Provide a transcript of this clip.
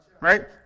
Right